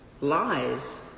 lies